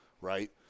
right